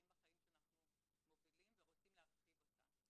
בחיים" שאנחנו מובילים ורוצים להרחיב אותה.